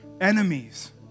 enemies